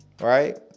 right